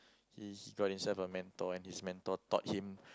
he he got himself a mentor and his mentor taught him